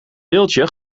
beeldje